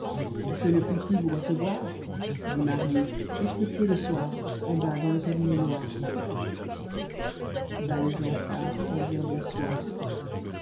je ne puis plus vous recevoir dit marius excepté le soir en bas dans le cabinet noir valjean part sans dire bonsoir